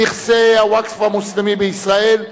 נכסי הווקף המוסלמי בישראל,